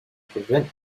prevent